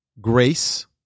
grace